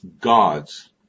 gods